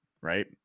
right